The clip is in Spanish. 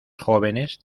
jóvenes